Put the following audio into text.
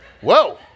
whoa